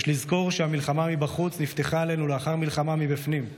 יש לזכור שהמלחמה מבחוץ נפתחה עלינו לאחר מלחמה מבפנים,